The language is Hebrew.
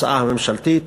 ההוצאה הממשלתית.